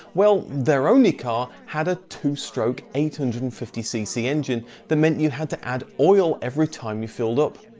well their only car, had a two stroke eight hundred and fifty cc engine that meant you had to add oil every time you filled up,